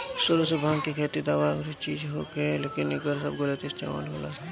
सुरु से भाँग के खेती दावा या अउरी चीज ला होखे, लेकिन एकर अब गलत इस्तेमाल होता